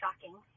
shocking